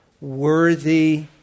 worthy